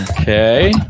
Okay